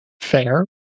Fair